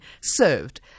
served